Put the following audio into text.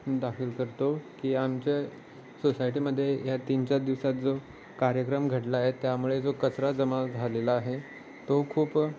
दाखील करतो की आमच्या सोसायटीमध्ये या तीन चार दिवसात जो कार्यक्रम घडला आहे त्यामुळे जो कचरा जमा झालेला आहे तो खूप